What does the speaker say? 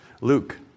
Luke